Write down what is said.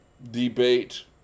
Debate